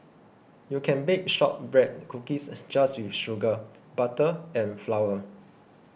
you can bake Shortbread Cookies just with sugar butter and flour